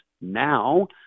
now